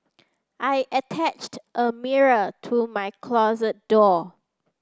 I attached a mirror to my closet door